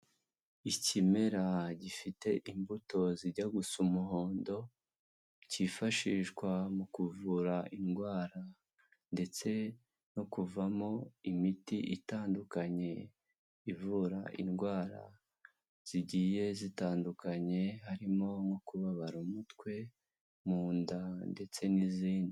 Ikimera gifite imbuto zijya gusa umuhondo, cyifashishwa mu kuvura indwara ndetse no kuvamo imiti itandukanye ivura indwara zigiye zitandukanye, harimo nko kubabara umutwe, mu nda ndetse n'izindi.